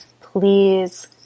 Please